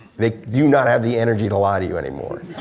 they do not have the energy to lie to you anymore.